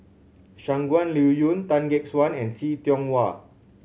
Shangguan Liuyun Tan Gek Suan and See Tiong Wah